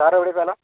sir എവിടെ സ്ഥലം